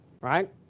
right